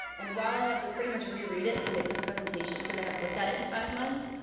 and while i had to pretty much re-read it to make this presentation, cause i haven't looked at it in five months,